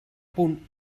punt